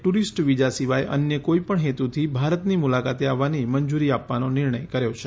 tourist visa સિવાય અન્ય કોઈપણ હેતુથી ભારતની મુલાકાતે આવવાની મંજૂરી આપવાનો નિર્ણય કર્યો છે